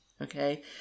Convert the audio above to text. Okay